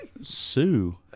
Sue